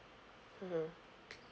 mmhmm